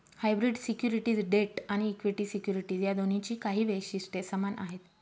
hybrid securities debt आणि equity securities या दोन्हींची काही वैशिष्ट्ये समान आहेत